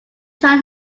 tran